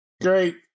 Great